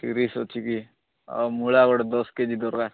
ତିରିଶ ଅଛି କି ଆଉ ମୂଳା ଗୋଟେ ଦଶ କେ ଜି ଦରକାର